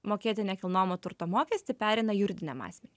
mokėti nekilnojamo turto mokestį pereina juridiniam asmeniui